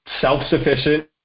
self-sufficient